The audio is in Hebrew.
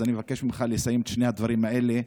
אז אני מבקש ממך לסיים את שני הדברים האלה.